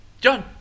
John